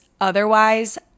otherwise